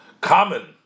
common